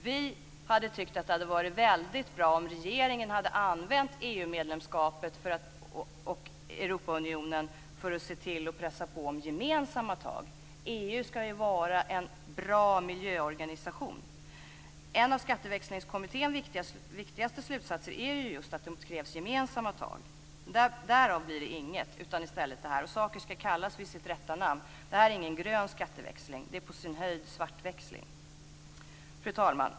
Vi skulle ha tyckt att det hade varit väldigt bra om regeringen använt EU-medlemskapet och Europaunionen för att se till att pressa på om gemensamma tag. EU ska ju vara en bra miljöorganisation. En av skatteväxlingskommitténs viktigaste slutsatser är just att det krävs gemensamma tag. Men därav blir det inget, utan i stället detta. Saker ska kallas vid sitt rätta namn. Det här är ingen grön skatteväxling - det är på sin höjd en svartväxling. Fru talman!